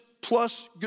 plus